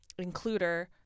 includer